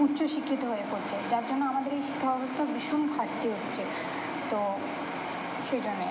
উচ্চ শিক্ষিত হয়ে পড়ছে যার জন্য আমাদের এই শিক্ষা ব্যবস্তা ভীষণ ঘাটতি হচ্ছে তো সে জন্যে আর কি